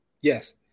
Yes